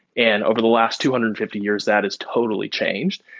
and over the last two hundred and fifty years, that has totally changed?